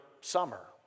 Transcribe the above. summer